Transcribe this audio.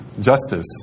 justice